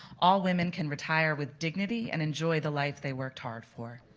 all women can retire with dignity and enjoy the life they worked hard for.